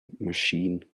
machine